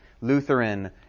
Lutheran